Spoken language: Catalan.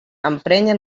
emprenya